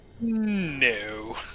No